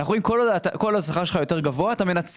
אנחנו רואים שככל שהשכר שלך יותר גבוה אתה מנצל